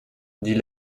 dit